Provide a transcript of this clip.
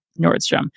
Nordstrom